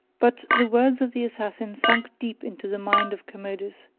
but the words of the assassin sunk deep into the mind of commodus,